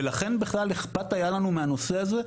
ולכן בכלל היה אכפת לנו מהנושא הזה,